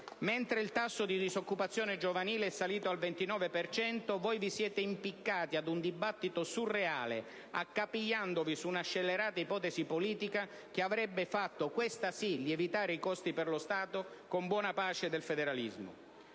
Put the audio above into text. Mentre il tasso di disoccupazione giovanile è salito al 29 per cento, voi vi siete impiccati ad un dibattito surreale, accapigliandovi su una scellerata ipotesi politica che avrebbe fatto - questa sì - lievitare i costi per lo Stato, con buona pace del federalismo.